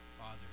father